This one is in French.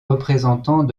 représentant